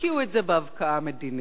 השקיעו את האנרגיה הזאת בהבקעה מדינית.